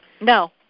No